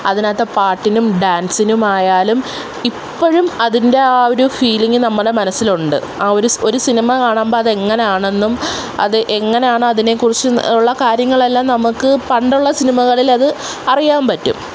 അതിനകത്തെ പാട്ടിനും ഡാൻസിനുമായാലും ഇപ്പോഴും അതിൻ്റെ ആ ഒരു ഫീലിങ് നമ്മുടെ മനസ്സിലുണ്ട് ആ ഒരു ഒരു സിനിമ കാണുമ്പോൾ അതെങ്ങനെയാണന്നും അത് എങ്ങനെയാണ് അതിനെ കുറിച്ചുള്ള കാര്യങ്ങളെല്ലാം നമുക്ക് പണ്ടുള്ള സിനിമകളിൽ അത് അറിയാൻ പറ്റും